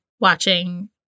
watching